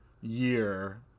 year